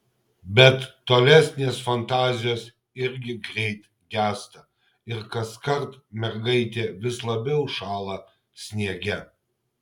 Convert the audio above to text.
bet tolesnės fantazijos irgi greit gęsta ir kaskart mergaitė vis labiau šąla sniege